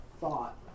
thought